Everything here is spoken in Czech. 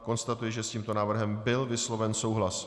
Konstatuji, že s tímto návrhem byl vysloven souhlas.